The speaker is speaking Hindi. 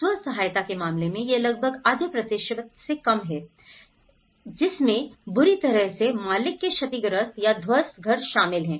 स्व सहायता के मामले में यह लगभग आधे प्रतिशत से कम था जिसमें बुरी तरह से मालिक के क्षतिग्रस्त या ध्वस्त घर शामिल है